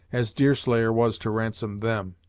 as deerslayer was to ransom them!